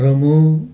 र म